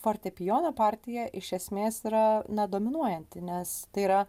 fortepijono partija iš esmės yra na dominuojanti nes tai yra